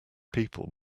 people